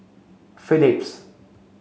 Phillips